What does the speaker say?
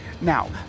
Now